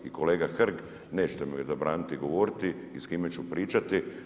I kolega Hrg, nećete mi zabraniti govoriti i s kime ću pričati.